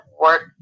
work